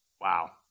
Wow